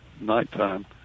nighttime